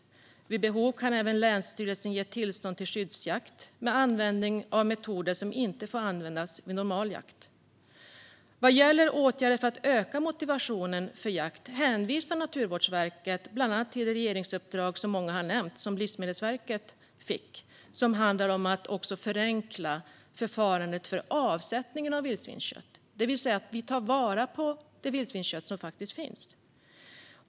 Vid behov kan även länsstyrelsen ge tillstånd till skyddsjakt med användning av metoder som inte får användas vid normal jakt. Vad gäller åtgärder för att öka motivationen för jakt hänvisar Naturvårdsverket bland annat till det regeringsuppdrag som Livsmedelsverket fick och som handlar om att förenkla förfarandet för avsättningen av vildsvinskött, det vill säga att vi tar vara på det vildsvinskött som faktiskt finns.